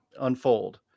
unfold